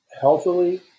healthily